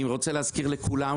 אני רוצה להזכיר לכולם,